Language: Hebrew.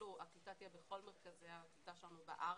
יגדלו הקליטה תהיה בכל מרכזי הקליטה שלנו בארץ.